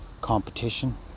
competition